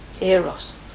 Eros